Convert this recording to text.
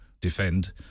defend